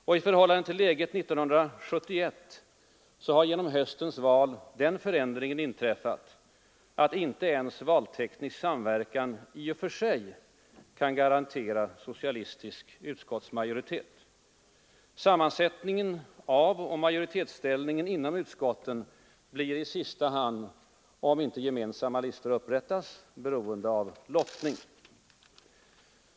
I förhållande till läget 1971 har genom höstens val den förändringen inträffat att inte ens valteknisk samverkan i och för sig kan garantera socialistisk utskottsmajoritet. Sammansättningen av och majoritetsställningen inom utskotten blir i sista hand — om inte gemensamma listor upprättas — beroende av lottning.